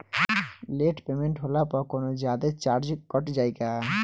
Late payment होला पर कौनोजादे चार्ज कट जायी का?